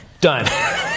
Done